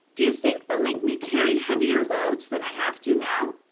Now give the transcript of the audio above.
do you think they'll make me carry heavier loads than i have to now?